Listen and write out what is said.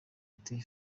ati